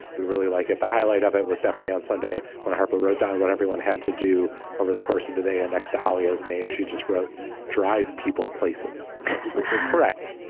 we really like it. the highlight of it was definitely on sunday when harper wrote down what everyone had to do over the course of the day. and next to holly's name, she just wrote drive people places. that's correct.